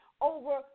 over